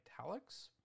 italics